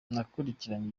nakurikiranye